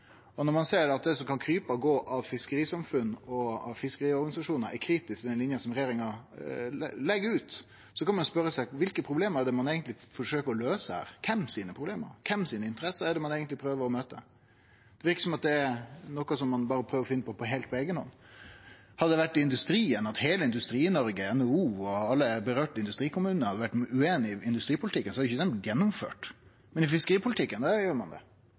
Når ein ser at det som kan krype og gå av fiskerisamfunn og fiskeriorganisasjonar er kritiske til den linja regjeringa legg seg på, kan ein spørje seg: Kva problem er det ein eigentleg forsøker å løyse her – kven sine problem? Kven sine interesser er det ein eigentleg prøver å møte? Det verkar som at det er noko ein berre prøver å finne på heilt på eiga hand. Hadde det vore i industrien, at heile Industri-Noreg, NHO og alle industrikommunar det vedkom, var ueinige i industripolitikken, hadde han ikkje blitt gjennomført. Men i fiskeripolitikken gjer ein det.